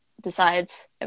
decides